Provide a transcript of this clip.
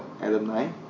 alumni